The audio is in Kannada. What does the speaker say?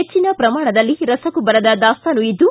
ಹೆಚ್ಚಿನ ಪ್ರಮಾಣದಲ್ಲಿ ರಸಗೊಬ್ಬರದ ದಾಸ್ತಾನು ಇದ್ದು